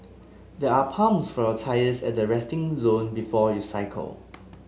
there are pumps for your tyres at the resting zone before you cycle